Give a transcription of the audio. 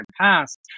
past